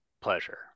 pleasure